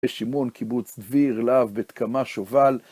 ישימון קיבוץ דביר, להב, בית קמה, שובל.